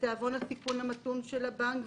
לתיאבון הסיכון המתון של הבנק.